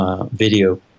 video